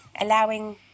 allowing